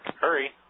Hurry